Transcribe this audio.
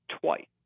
twice